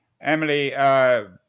Emily